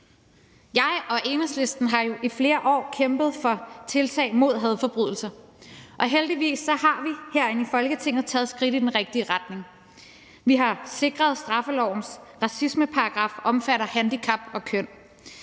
Jeg og Enhedslisten har jo i flere år kæmpet for tiltag mod hadforbrydelser, og heldigvis har vi herinde i Folketinget taget skridt i den rigtige retning: Vi har sikret, at straffelovens racismeparagraf omfatter handicap; vi